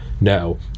No